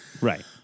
Right